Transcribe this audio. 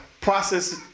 process